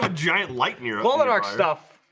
ah giant light news all the dark stuff